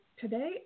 today